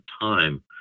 time